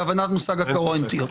בהבנת מושג הקוהרנטיות.